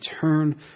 turn